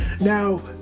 Now